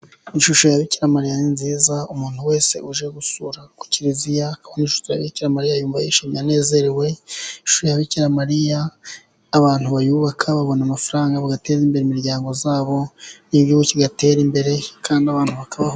Ishusho ya Bikiramariya ni nziza, umuntu wese uje gusura ku kiliziya Bikiramariya yumva anezerewe , ishusho ya Bikiramariya abantu bayubaka babona amafaranga abateza imbere, imiryango yabo n'igihugu kigatera imbere kandi abantu bakabaho.